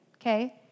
okay